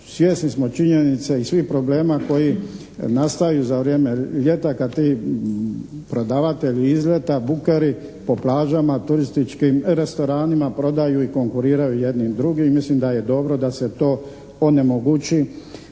svjesni smo činjenice i svih problema koji nastaju za vrijeme ljeta kad ti prodavatelji izleta, bukeri, po plažama turističkim restoranima prodaju i konkuriraju jedni drugim i mislim da je dobro da se to onemogući